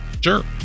Sure